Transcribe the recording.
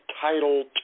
title